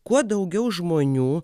kuo daugiau žmonių